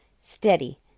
Steady